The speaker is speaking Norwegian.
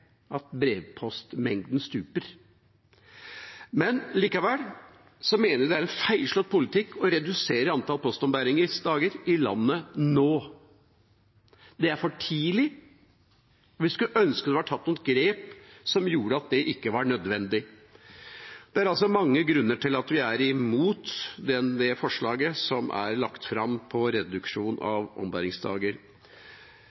at brevpostmengden stuper. Men vi mener likevel det er en feilslått politikk å redusere antallet postombæringsdager i landet nå. Det er for tidlig. Vi skulle ønske det ble tatt noen grep som gjorde at det ikke var nødvendig. Det er altså mange grunner til at vi er imot forslaget som er lagt fram om reduksjon av ombæringsdager. Vi skal huske på